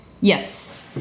yes